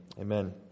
Amen